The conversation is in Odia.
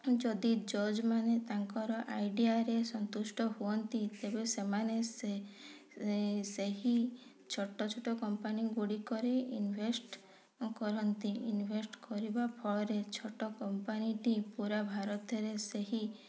ଯଦି ଜର୍ଜମାନେ ତାଙ୍କର ଆଇଡ଼ିଆରେ ସନ୍ତୁଷ୍ଟ ହୁଅନ୍ତି ତେବେ ସେମାନେ ସେ ସେହି ଛୋଟ ଛୋଟ କମ୍ପାନୀ ଗୁଡ଼ିକରେ ଇନଭେଷ୍ଟ୍ କରନ୍ତି ଇନଭେଷ୍ଟ୍ କରିବା ଫଳରେ ଛୋଟ କମ୍ପାନୀଟି ପୁରା ଭାରତରେ ସେହି